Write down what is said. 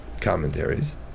commentaries